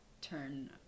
turn